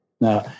Now